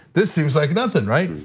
this seems like nothing, right?